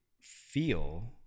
feel